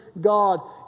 God